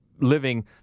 living